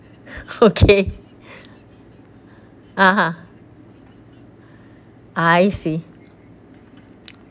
okay (uh huh) I see